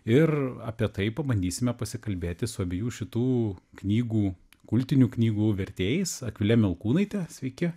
ir apie tai pabandysime pasikalbėti su abiejų šitų knygų kultinių knygų vertėjais akvile melkūnaite sveiki